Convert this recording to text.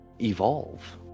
evolve